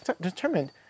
determined